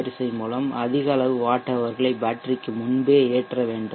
வரிசை மூலம் அதிக அளவு வாட் ஹவர்களை பேட்டரிக்கு முன்பே ஏற்ற வேண்டும்